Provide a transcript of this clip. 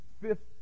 fifth